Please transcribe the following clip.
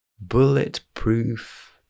Bulletproof